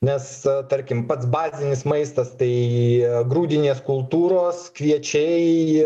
nes tarkim pats bazinis maistas tai grūdinės kultūros kviečiai